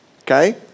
Okay